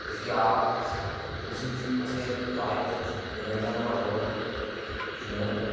उसी असें बाद च जियां कि सानू मतलब होएआ इन्ने तक